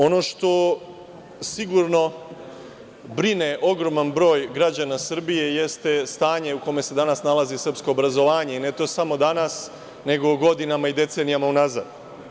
Ono što sigurno brine ogroman broj građana Srbije jeste stanje u kome se danas nalazi srpsko obrazovanje i ne samo danas, nego godinama i decenijama unazad.